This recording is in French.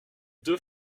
deux